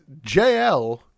JL